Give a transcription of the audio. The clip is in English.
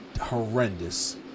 horrendous